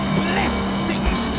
blessings